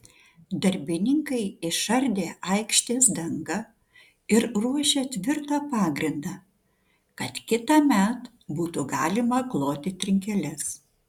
darbininkai išardė aikštės dangą ir ruošią tvirtą pagrindą kad kitąmet būtų galima kloti trinkeles